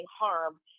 harm